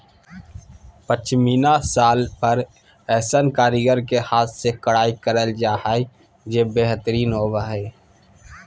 पश्मीना शाल पर ऐसन कारीगर के हाथ से कढ़ाई कयल जा हइ जे बेहतरीन होबा हइ